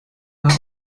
war